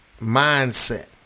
mindset